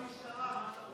זו אחלה משטרה.